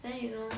then you know